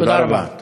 תודה רבה.